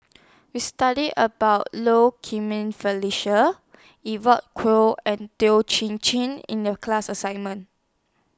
We studied about Low Felicia Evon Kow and Toh Chin Chye in The class assignment